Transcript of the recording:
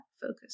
focus